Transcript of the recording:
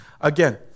Again